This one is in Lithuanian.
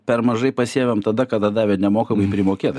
per mažai pasiėmėm tada kada davė nemokamai primokėt